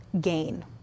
gain